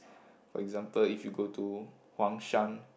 for example if you go to Huangshan